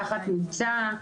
תחת מבצע,